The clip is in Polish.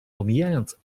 omijając